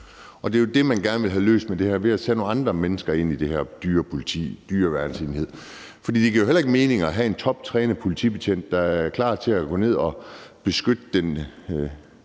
Det er jo det, man gerne vil have løst med det her ved at tage nogle andre mennesker ind i det her dyrepoliti eller den her dyreværnsenhed. Det giver jo heller ikke mening at bruge al den tid på at uddanne en toptrænet politibetjent, der er klar til at gå ned og beskytte den